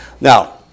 Now